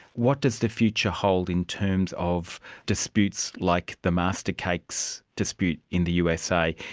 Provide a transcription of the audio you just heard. what does the future hold in terms of disputes like the masterpiece cakes dispute in the usa?